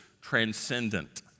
transcendent